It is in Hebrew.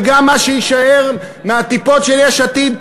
וגם מה שיישאר מהטיפות של יש עתיד,